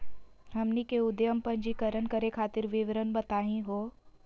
हमनी के उद्यम पंजीकरण करे खातीर विवरण बताही हो?